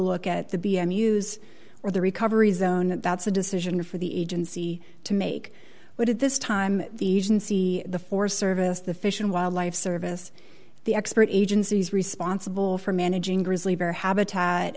look at the b m use or the recovery zone that's a decision for the agency to make but at this time the agency the forest service the fish and wildlife service the expert agencies responsible for managing grizzly bear habitat